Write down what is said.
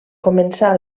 començà